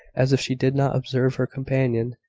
as if she did not observe her companion,